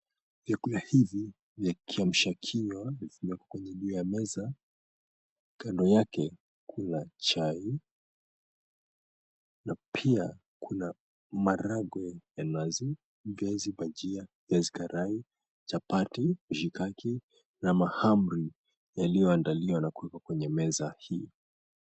Vyakula hivi vya kiamsha kinywa zimewekwa kwenye juu ya meza. Kando yake kuna chai na pia kuna maharagwe ya nazi, viazi, bajia, viazi karai, chapati, mishikaki na mahamri yaliyoandaliwa na kuwekwa kwenye meza hii.